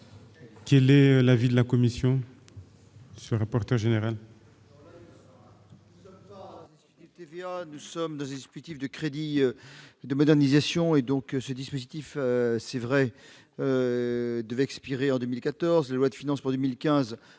Quel est l'avis de la commission ?